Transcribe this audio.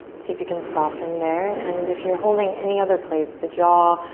see if you can soften there and if you're holding any other place, the jaw,